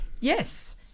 Yes